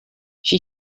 she